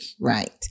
right